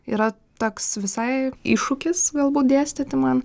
yra toks visai iššūkis galbūt dėstyti man